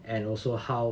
and also how